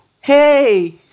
Hey